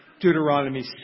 Deuteronomy